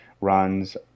runs